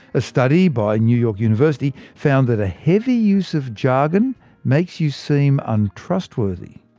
a study by new york university found that a heavy use of jargon makes you seem untrustworthy.